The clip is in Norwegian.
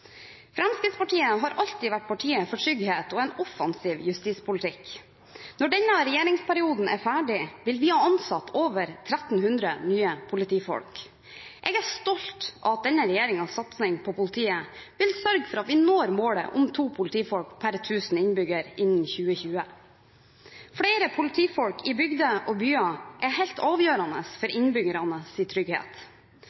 Fremskrittspartiet. Fremskrittspartiet har alltid vært partiet for trygghet og en offensiv justispolitikk. Når denne regjeringsperioden er ferdig, vil vi ha ansatt over 1 300 nye politifolk. Jeg er stolt av at denne regjeringens satsing på politiet vil sørge for at vi når målet om to politifolk per 1 000 innbyggere innen 2020. Flere politifolk i bygder og byer er helt avgjørende for